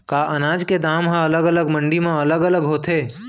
का अनाज के दाम हा अलग अलग मंडी म अलग अलग होथे?